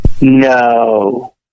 no